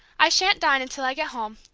i shan't dine until i get home.